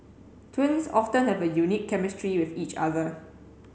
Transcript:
twins often have a unique chemistry with each other